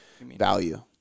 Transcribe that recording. Value